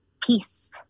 peace